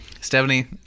Stephanie